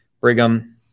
Brigham